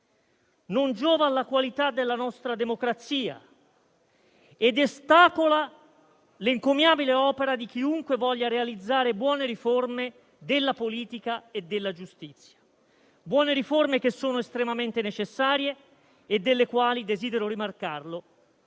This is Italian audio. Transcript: Non giova alla qualità della nostra democrazia ed ostacola l'encomiabile opera di chiunque voglia realizzare buone riforme della politica e della giustizia; buone riforme che sono estremamente necessarie e delle quali - desidero rimarcarlo